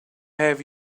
have